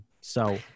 So-